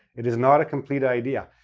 it is not a complete idea.